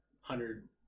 hundred